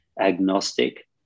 agnostic